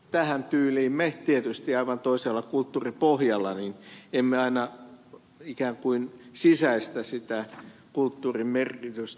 tähän tyyliin me aivan toisella kulttuuripohjalla emme aina tietysti ikään kuin sisäistä sitä kulttuurin merkitystä